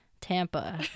Tampa